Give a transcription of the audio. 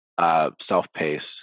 self-paced